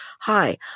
hi